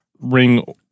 ring